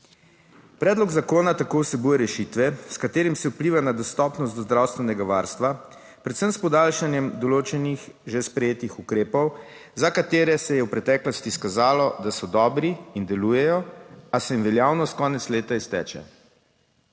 Predlog zakona tako vsebuje rešitve s katerimi se vpliva na dostopnost do zdravstvenega varstva, predvsem s podaljšanjem določenih že sprejetih ukrepov, za katere se je v preteklosti izkazalo, da so dobri in delujejo, a se jim veljavnost konec leta izteče.